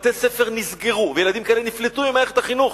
בתי-ספר נסגרו וילדים כאלה נפלטו ממערכת החינוך,